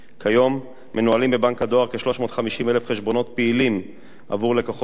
כיום מנוהלים בבנק הדואר כ-350,000 חשבונות פעילים עבור לקוחות שונים,